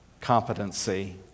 competency